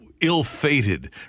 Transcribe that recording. ill-fated